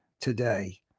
today